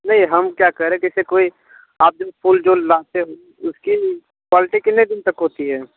नहीं हम क्या कह रहे हैं कि जैसे कोई आप जो फूल जो लाते हो उसकी क्वालटी कितने दिन तक होती है